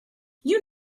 you